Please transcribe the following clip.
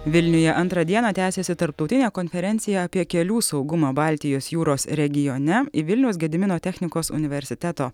vilniuje antrą dieną tęsiasi tarptautinė konferencija apie kelių saugumą baltijos jūros regione į vilniaus gedimino technikos universiteto